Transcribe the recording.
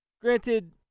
Granted